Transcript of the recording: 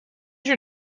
your